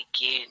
again